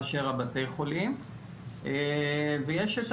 מאשר בתי החולים ויש את